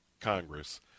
Congress